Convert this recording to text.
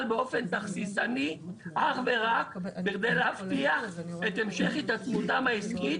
באופן תכסיסני אך ורק כדי להבטיח את המשך התעצמותם העסקית.